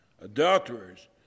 adulterers